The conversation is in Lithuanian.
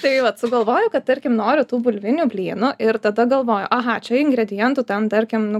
tai vat sugalvoju kad tarkim noriu tų bulvinių blynų ir tada galvoju aha čia ingredientų ten tarkim nu